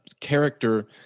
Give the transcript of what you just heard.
character